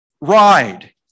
ride